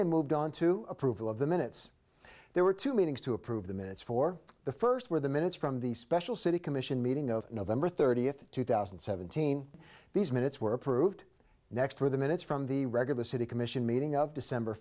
they moved on to approval of the minutes there were two meetings to approve the minutes for the first where the minutes from the special city commission meeting of november thirtieth two thousand and seventeen these minutes were approved next to the minutes from the regular city commission meeting of december